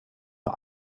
für